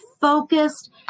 focused